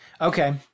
Okay